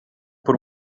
por